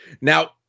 Now